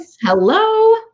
Hello